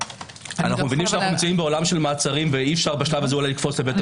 אנו נמצאים בעולם של מעצרים ואי אפשר בשלב הזה לקפוץ לבית המשפט.